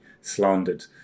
slandered